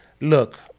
Look